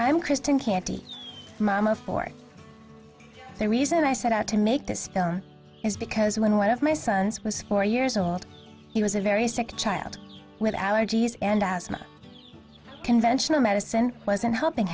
i'm kristin canty mom of four a reason i set out to make this film is because when one of my sons was four years old he was a very strict child with allergies and asthma conventional medicine wasn't helping